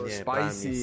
spicy